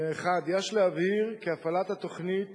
1. יש להבהיר כי הפעלת תוכנית